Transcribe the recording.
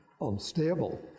unstable